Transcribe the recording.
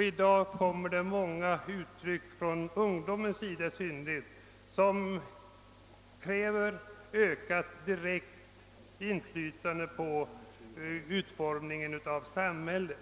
I dag ger många grupper — ungdomar i synnerhet — uttryck för krav på ett ökat direkt inflytande på utformningen av samhället.